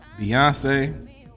Beyonce